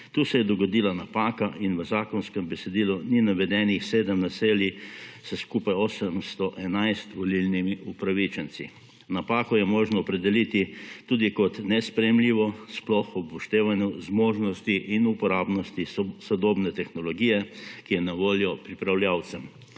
Tukaj se je dogodila napaka in v zakonskem besedilu ni navedenih 7 naselij s skupaj 811 volilnimi upravičenci. Napako je možno opredeliti tudi kot nesprejemljivo sploh ob upoštevanju zmožnosti in uporabnosti sodobne tehnologije, ki je na voljo pripravljavcem.